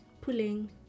pulling